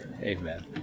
Amen